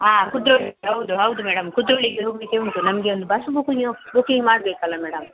ಹಾಂ ಕುದ್ರೋಳಿ ಹೌದು ಹೌದು ಮೇಡಮ್ ಕುದ್ರೋಳಿಗೆ ಹೋಗ್ಲಿಕ್ಕೆ ಉಂಟು ನಮಗೆ ಒಂದು ಬಸ್ ಬುಕ್ಕಿಂಗ್ ಬುಕ್ಕಿಂಗ್ ಮಾಡಬೇಕಲ್ಲ ಮೇಡಮ್